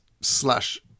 slash